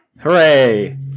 Hooray